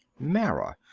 mara?